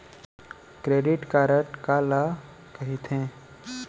Credit card काला कहिथे?